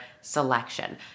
selection